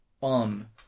on